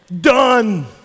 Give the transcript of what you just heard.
Done